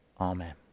Amen